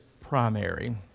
primary